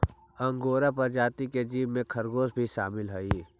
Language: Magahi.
अंगोरा प्रजाति के जीव में खरगोश भी शामिल हई